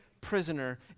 prisoner